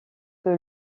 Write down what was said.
que